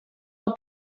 del